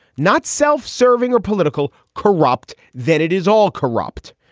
not self-serving or political corrupt, then it is all corrupt.